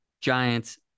Giants